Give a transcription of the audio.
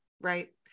right